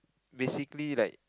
basically like